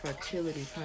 fertility